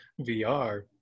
VR